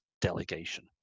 delegation